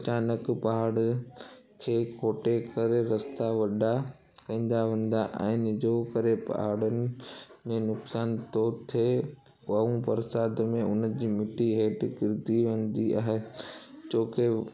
अचानक पहाड़ खे खोटे करे रस्ता वॾा कंदा वंदा आहिनि जो करे पहाड़नि में नुक़सान थो थिए ऐं बरसाति में उनजी मिट्टी हेठि किरंदी वेंदी आहे छोकि